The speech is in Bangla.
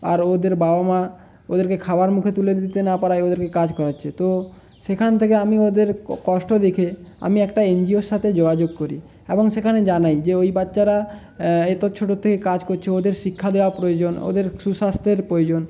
আর ওদের বাবা মা ওদেরকে খাবার মুখে তুলে দিতে না পারায় ওদেরকে কাজ করাচ্ছে তো সেখান থেকে আমি ওদের কষ্ট দেখে আমি একটা এনজিওর সাথে যোগাযোগ করি এবং সেখানে জানাই যে ওই বাচ্চারা এতো ছোটোর থেকে কাজ করছে ওদের শিক্ষা দেওয়া প্রয়োজন ওদের সুস্বাস্থ্যের প্রয়োজন